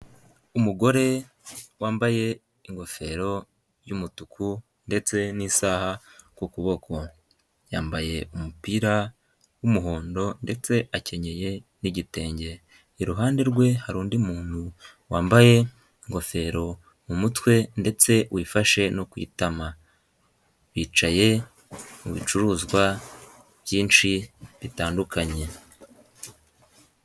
Umugore wambaye ingofero y'umutuku ndetse n'isaha ku kuboko. Yambaye umupira w'umuhondo ndetse akenyeye n'igitenge iruhande rwe hari undi muntu wambaye ingofero mu mutwe ndetse wifashe no kwitama yicaye mu bicuruzwa byinshi bitandukanye.